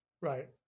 Right